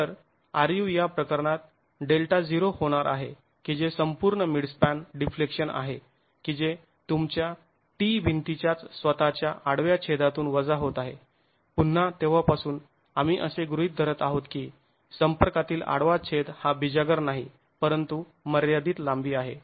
तर ru या प्रकरणात Δ0 होणार आहे की जे संपूर्ण मिडस्पॅन डिफ्लेक्शन आहे की जे तुमच्या t भिंतीच्याच स्वतःच्या आडव्या छेदातून वजा होत आहे पुन्हा तेव्हापासुन आम्ही असे गृहीत धरत आहोत की संपर्कातील आडवा छेद हा बिजागर नाही परंतु मर्यादित लांबी आहे